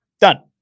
Done